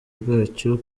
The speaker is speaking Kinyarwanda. bwacyo